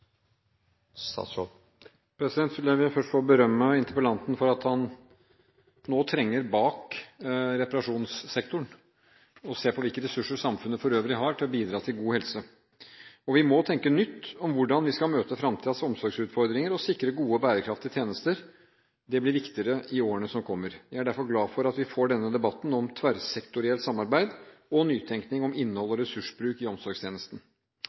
først få berømme interpellanten for at han nå trenger bak reparasjonssektoren og ser på hvilke ressurser samfunnet for øvrig har for å bidra til god helse. Vi må tenke nytt om hvordan vi skal møte fremtidens omsorgsutfordringer og sikre gode og bærekraftige tjenester. Det blir viktigere i årene som kommer. Jeg er derfor glad for at vi får denne debatten om tverrsektorielt samarbeid, og nytenkning om innhold og ressursbruk i omsorgstjenesten.